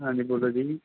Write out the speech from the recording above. ਹਾਂਜੀ ਬੋਲੋ ਜੀ